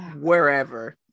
wherever